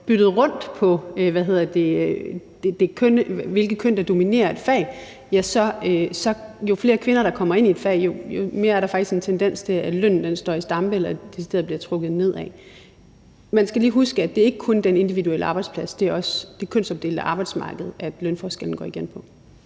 byttet rundt på, hvilket køn der dominerer et fag, vil det være sådan, at jo flere kvinder, der kommer ind i et fag, jo mere er der faktisk en tendens til, at lønnen står i stampe eller decideret bliver trukket nedad. Man skal lige huske, at det ikke kun er på den individuelle arbejdsplads – det er også på det kønsopdelte arbejdsmarked, at lønforskellen går igen.